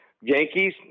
Yankees